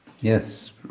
Yes